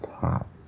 top